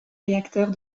réacteurs